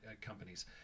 companies